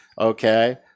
okay